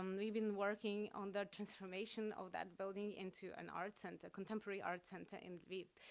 um we've been working on the transformation of that building into an art center, contemporary art center in lviv.